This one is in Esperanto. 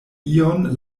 ion